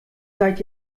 seid